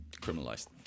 criminalized